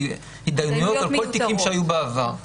בואו נעשה את זה מסודר.